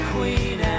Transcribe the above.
Queen